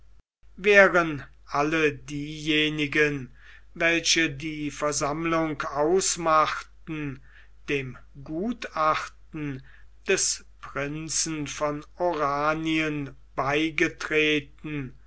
wären alle diejenigen welche die versammlung ausmachten dem gutachten des prinzen von oranien beigetreten